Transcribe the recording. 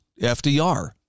FDR